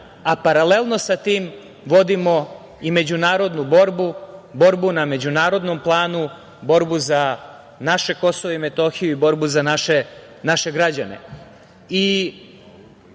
a paralelno sa tim vodimo i međunarodnu borbu, borbu na međunarodnom planu, borbu za naše Kosovo i Metohiju i borbu za naše građane. Slobodno